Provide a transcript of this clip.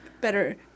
better